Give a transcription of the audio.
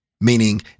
Meaning